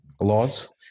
Laws